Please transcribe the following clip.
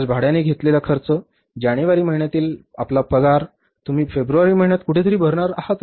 हाच भाड्याने घेतलेल्याचा खर्च जानेवारी महिन्यातील आपला पगार तुम्ही फेब्रुवारी महिन्यात कुठेतरी भरणार आहात